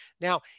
Now